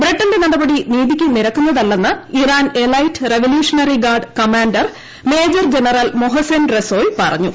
ബ്രിട്ടന്റെ നടപടി നീതിക്ക് നിരക്കുന്നതല്ലെന്ന് Iran elite revolutionary guard commander major general Mohsen Rezaei പറഞ്ഞു